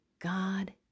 God